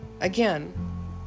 Again